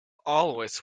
always